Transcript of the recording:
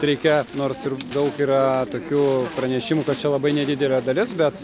reikia nors ir daug yra tokių pranešimų kad čia labai nedidelė dalis bet